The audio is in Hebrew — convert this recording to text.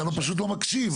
אתה פשוט לא מקשיב.